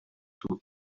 took